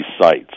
sites